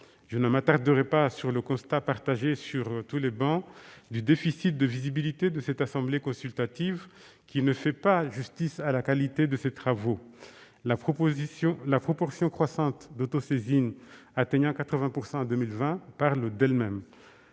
Je ne m'attarderai pas sur le constat, partagé sur toutes les travées, du déficit de visibilité de cette assemblée consultative, qui ne fait pas justice à la qualité de ses travaux. La proportion croissante des autosaisines- elle atteint 80 % en 2020 -parle d'elle-même.